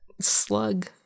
slug